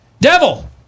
Devil